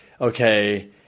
okay